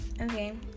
okay